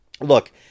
look